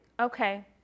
Okay